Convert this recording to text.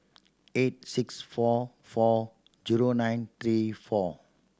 eight six four four zero nine three four